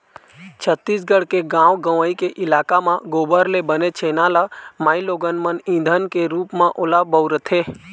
छत्तीसगढ़ के गाँव गंवई के इलाका म गोबर ले बने छेना ल माइलोगन मन ईधन के रुप म ओला बउरथे